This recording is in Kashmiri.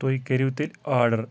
تُہۍ کٔرِو تیٚلِہ آرڈَر